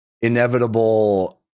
inevitable